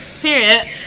Period